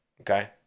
Okay